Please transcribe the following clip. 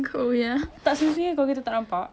that's why as long as it prove to me